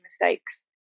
mistakes